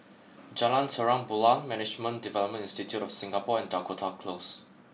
Jalan Terang Bulan Management Development Institute of Singapore and Dakota Close